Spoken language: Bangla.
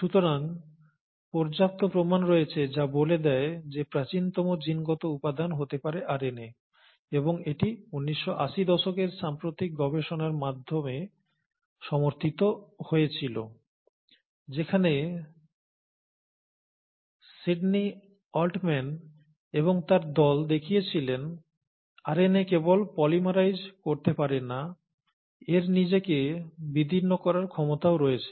সুতরাং পর্যাপ্ত প্রমাণ রয়েছে যা বলে দেয় যে প্রাচীনতম জিনগত উপাদান হতে পারে আরএনএ এবং এটি 1980 দশকের সাম্প্রতিক গবেষণার মাধ্যমে সমর্থিত হয়েছিল যেখানে Sydney Altman এবং তার দল দেখিয়েছিলেন আরএনএ কেবল পলিমারাইজ করতে পারে না এর নিজেকে বিদীর্ণ করার ক্ষমতাও রয়েছে